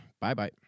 Bye-bye